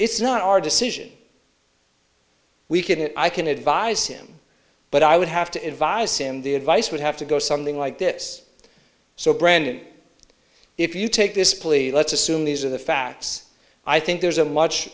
it's not our decision we can i can advise him but i would have to advise him the advice would have to go something like this so brandon if you take this plea let's assume these are the facts i think there's a much